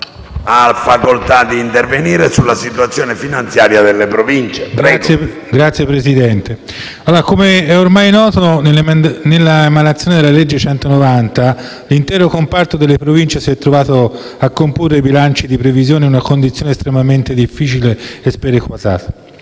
Signor Presidente, come è ormai noto, dall'emanazione della legge n. 190 del 2014 l'intero comparto delle Province si è trovato a comporre i bilanci di previsione in una condizione estremamente difficile e sperequata,